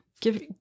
give